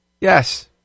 Yes